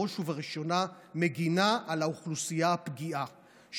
בראש ובראשונה מגינה על האוכלוסייה הפגיעה,